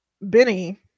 Benny